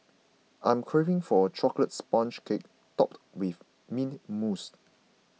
I am craving for a Chocolate Sponge Cake Topped with Mint Mousse